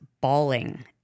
bawling